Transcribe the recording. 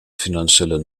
finanzielle